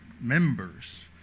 members